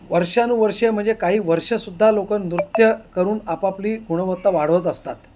वर्षानुवर्ष म्हणजे काही वर्षसुद्धा लोकं नृत्य करून आपापली गुणवत्ता वाढवत असतात